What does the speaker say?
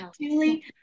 Julie